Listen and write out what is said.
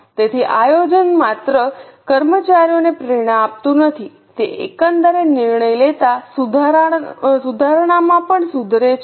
તેથી આયોજન માત્ર કર્મચારીઓને પ્રેરણા આપતું નથી તે એકંદરે નિર્ણય લેતા સુધારણામાં પણ સુધરે છે